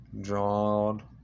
drawn